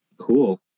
Cool